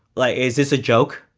like, is this a joke?